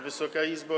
Wysoka Izbo!